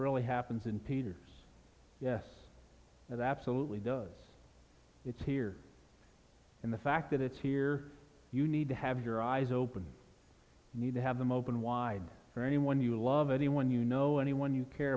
really happens and taters yes it absolutely does it's here and the fact that it's here you need to have your eyes open need to have them open wide for anyone you love anyone you know anyone you care